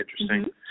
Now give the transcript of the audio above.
interesting